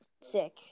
sick